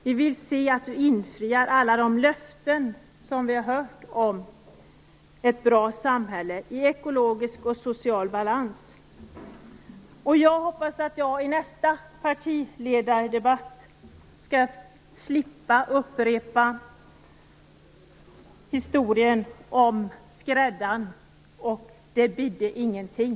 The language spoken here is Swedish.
Vi vill se att statsministern infriar alla de löften som vi har hört om ett bra samhälle i ekologisk och social balans. Jag hoppas att jag i nästa partiledardebatt skall slippa upprepa historien om skräddaren, den som slutar med att det inte bidde någonting.